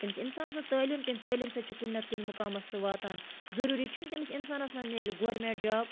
تٔمِس اِنسان سٕنٛز تعلیٖم تٔمۍ تعلیٖم سۭتۍ چھُ کُنۍ نَتہٕ کُنۍ مُقامَس سُہ واتان ضٔروٗری چھُنہٕ تٔمِس اِنسانَس مَہ میلہِ گورمٮ۪نٛٹ جاب